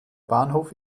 bahnhof